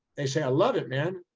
they say, i love it, man.